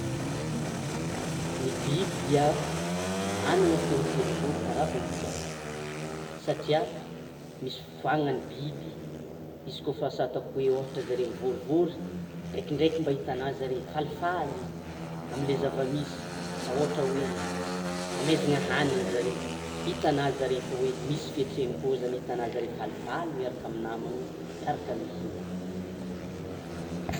Ny biby dia manana fihetsem-po kara olo jiaby, satria misy fotoana ny biby izy koa fa asa ataoko hoe asa zare mivorivory ndrekindreky mba itanà zare falifaly! amle zava-misy, asa ohatra hoe: amiazana hanina zare, itanà zare fa hoe misy fihetsem-po zany, itanà zare fallifay miaraka amin'ny namana, miarka mihinana.